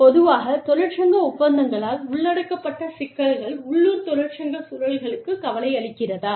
பொதுவாகத் தொழிற்சங்க ஒப்பந்தங்களால் உள்ளடக்கப்பட்ட சிக்கல்கள் உள்ளூர் தொழிற்சங்க சூழல்களுக்குக் கவலை அளிக்கிறதா